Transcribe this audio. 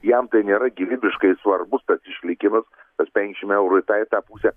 jam tai nėra gyvybiškai svarbus tas išlikimas tas penkiasdešimt eurų į tą į tą pusę